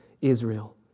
Israel